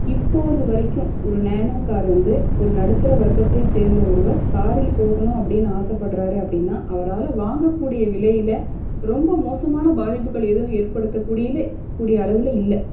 இப்பொழுது வரைக்கும் ஒரு நேனோ கார் வந்து ஒரு நடுத்தர வர்க்கத்தைச் சேர்ந்த ஒருவர் காரில் போகணும் அப்படின்னு ஆசைப்பட்றாரு அப்படின்னா அவரால் வாங்கக்கூடிய விலையில் ரொம்ப மோசமான பாதிப்புக்கள் எதுவும் ஏற்படுத்தக்கூடியல கூடிய அளவில் இல்லை